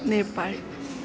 Nepal